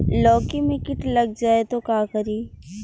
लौकी मे किट लग जाए तो का करी?